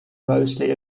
mostly